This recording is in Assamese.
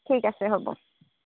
ঠিক আছে হ'ব